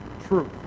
Truth